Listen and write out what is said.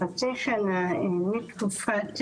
חצי שנה מתקופת